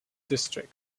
district